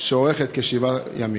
שאורכת כשבעה ימים,